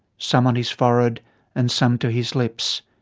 some on his forehead and some to his lips.